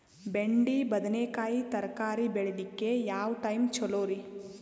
ಬೆಂಡಿ ಬದನೆಕಾಯಿ ತರಕಾರಿ ಬೇಳಿಲಿಕ್ಕೆ ಯಾವ ಟೈಮ್ ಚಲೋರಿ?